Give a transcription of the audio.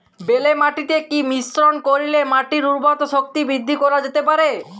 বেলে মাটিতে কি মিশ্রণ করিলে মাটির উর্বরতা শক্তি বৃদ্ধি করা যেতে পারে?